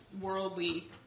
worldly